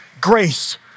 grace